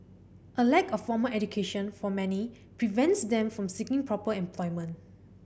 a lack of formal education for many prevents them from seeking proper employment